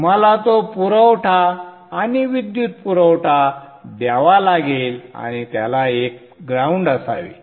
तुम्हाला तो पुरवठा आणि विदुयत पुरवठा द्यावा लागेल आणि त्याला एक ग्राउंड असावे